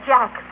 Jack